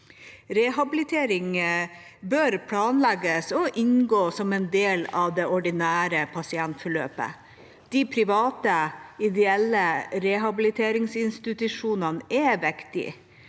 Rehabilitering bør planlegges og inngå som en del av det ordinære pasientforløpet. De private ideelle rehabiliteringsinstitusjonene er viktige.